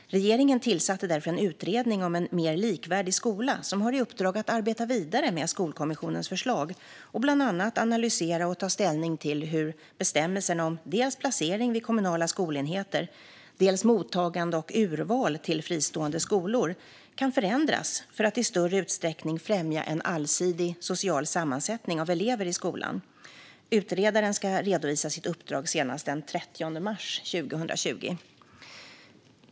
Regeringen tillsatte därför en utredning om en mer likvärdig skola som har i uppdrag att arbeta vidare med Skolkommissionens förslag och bland annat analysera och ta ställning till hur bestämmelserna om dels placering vid kommunala skolenheter, dels mottagande och urval till fristående skolor kan förändras för att i större utsträckning främja en allsidig social sammansättning av elever i skolan. Utredaren ska redovisa sitt uppdrag senast den 30 mars 2020.